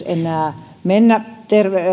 enää mahdollisuutta mennä